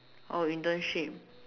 oh internship